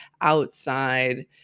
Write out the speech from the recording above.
outside